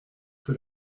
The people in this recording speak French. que